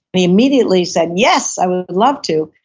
he immediately said, yes i would love to,